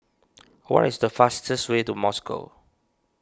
what is the fastest way to Moscow